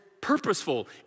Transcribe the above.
purposeful